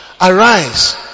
Arise